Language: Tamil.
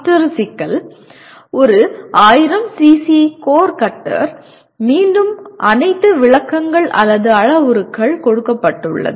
மற்றொரு சிக்கல் ஒரு 1000 சிசி கோர் கட்டர் மீண்டும் அனைத்து விளக்கங்கள் அல்லது அளவுருக்கள் கொடுக்கப்பட்டுள்ளது